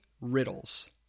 riddles